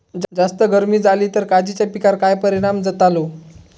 जास्त गर्मी जाली तर काजीच्या पीकार काय परिणाम जतालो?